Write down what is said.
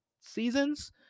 seasons